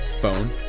Phone